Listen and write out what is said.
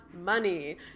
money